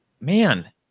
man